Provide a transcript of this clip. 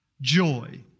joy